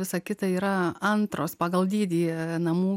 visa kita yra antros pagal dydį namų